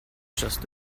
just